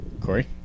Corey